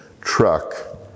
truck